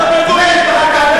והם מדברים על מסתננים.